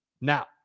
Now